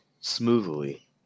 smoothly